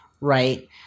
right